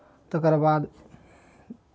तकरबाद